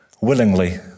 willingly